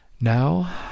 Now